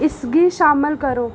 इसगी शामल करो